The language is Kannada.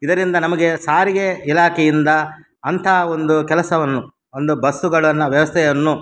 ಇದರಿಂದ ನಮಗೆ ಸಾರಿಗೆ ಇಲಾಖೆಯಿಂದ ಅಂತಹ ಒಂದು ಕೆಲಸವನ್ನು ಒಂದು ಬಸ್ಸುಗಳನ್ನು ವ್ಯವಸ್ಥೆಯನ್ನು